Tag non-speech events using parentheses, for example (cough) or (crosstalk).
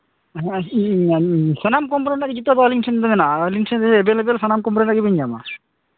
ᱦᱮᱸ (unintelligible) ᱥᱟᱱᱟᱢ ᱠᱚᱢᱯᱟᱱᱤᱭᱟᱜ ᱡᱩᱛᱟᱹ ᱜᱮ ᱟᱹᱞᱤᱧ ᱴᱷᱮᱱ ᱫᱚ ᱢᱮᱱᱟᱜᱼᱟ ᱟᱹᱞᱤᱧ ᱴᱷᱮᱱ ᱫᱚ ᱮᱵᱮᱞᱮᱵᱮᱞ ᱥᱟᱱᱟᱢ ᱠᱳᱢᱯᱟᱱᱤ ᱨᱮᱱᱟᱜ ᱜᱮᱵᱮᱱ ᱧᱟᱢᱟ